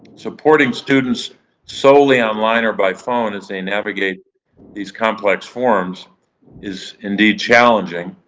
supporting students solely online or by phone as they navigate these complex forms is indeed challenging.